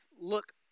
look